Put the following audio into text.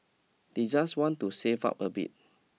they just want to save up a bit